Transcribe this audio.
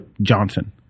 Johnson